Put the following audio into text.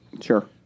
Sure